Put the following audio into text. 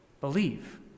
believe